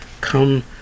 come